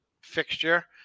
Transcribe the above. fixture